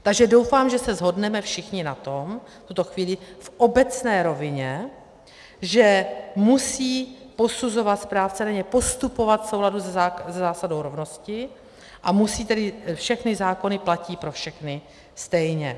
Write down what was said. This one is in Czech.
Takže doufám, že se shodneme všichni na tom, v tuto chvíli, v obecné rovině, že musí posuzovat správce daně, postupovat v souladu se zásadou rovnosti, a musí tedy všechny zákony platit pro všechny stejně.